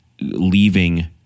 leaving